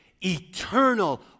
eternal